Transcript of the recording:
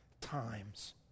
times